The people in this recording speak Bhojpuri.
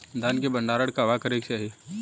धान के भण्डारण कहवा करे के चाही?